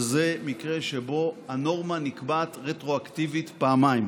זה מקרה שבו הנורמה נקבעת רטרואקטיבית פעמיים.